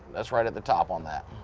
that's right at the top on that.